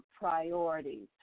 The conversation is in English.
priorities